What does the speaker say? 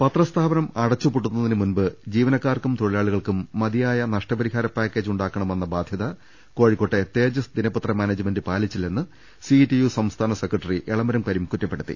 പത്ര സ്ഥാപനം അടച്ചുപൂട്ടുന്നതിന് മുമ്പ് ജീവനക്കാർക്കും തൊഴി ലാളികൾക്കും മതിയായ നഷ്ടപരിഹാര പാക്കേജ് ഉണ്ടാക്കണമെന്ന ബാധ്യത കോഴിക്കോട്ടെ തേജസ് ദിനപത്ര മാനേജ്മെന്റ് പാലിച്ചി ല്ലെന്ന് സിഐടിയു സംസ്ഥാന സെക്രട്ടറി എളമരം കരീം കുറ്റപ്പെ ടുത്തി